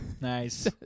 Nice